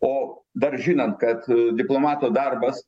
o dar žinant kad diplomato darbas